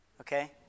Okay